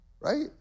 Right